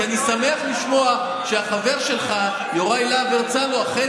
כי אני שמח לשמוע שהחבר שלך יוראי להב הרצנו אכן